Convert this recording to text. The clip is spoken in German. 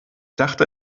dachte